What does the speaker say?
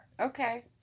Okay